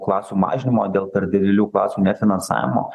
klasių mažinimo dėl per didelių klausimų nefinansavimo